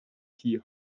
key